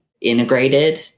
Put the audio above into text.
integrated